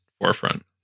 forefront